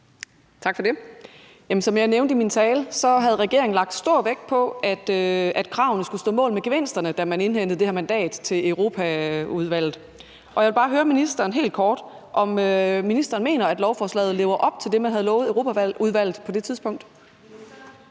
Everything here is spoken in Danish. Tak for det. Som jeg nævnte i min tale, havde regeringen lagt stor vægt på, at kravene skulle stå mål med gevinsterne, da man indhentede det her mandat i Europaudvalget. Jeg vil bare høre ministeren helt kort, om ministeren mener, at lovforslaget lever op til det, man havde lovet Europaudvalget på det tidspunkt?